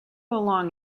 along